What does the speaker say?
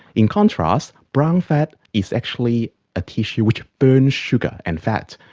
in contrast, brown fat is actually a tissue which burns sugar and fat,